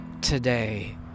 today